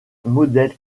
modèle